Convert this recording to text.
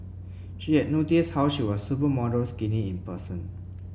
she had noticed how she was supermodel skinny in person